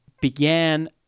began